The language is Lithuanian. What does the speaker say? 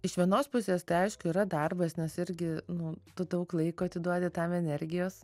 iš vienos pusės tai aišku yra darbas nes irgi nu tu daug laiko atiduodi tam energijos